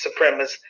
supremacists